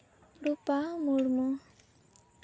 Rupa Murmu